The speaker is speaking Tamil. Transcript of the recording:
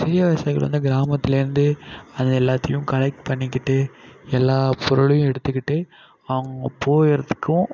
பெரிய விவசாயிகள் வந்து கிராமத்திலேருந்து அது எல்லாத்தையும் கலெக்ட் பண்ணிக்கிட்டு எல்லா பொருளையும் எடுத்துக்கிட்டு அவங்க போயிடுறதுக்கும்